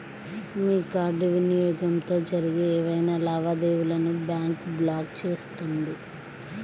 మీ card వినియోగంతో జరిగే ఏవైనా లావాదేవీలను బ్యాంక్ బ్లాక్ చేస్తుంది